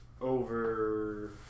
over